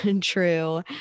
true